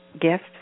gift